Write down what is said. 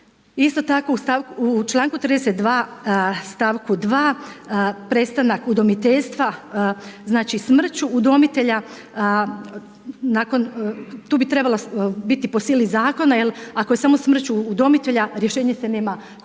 Isto tako u članku 32. stavku 2. prestanak udomiteljstva znači smrću udomitelja nakon, tu bi trebalo biti po sili zakona ako je samo smrću udomitelja rješenje se nema kome